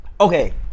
Okay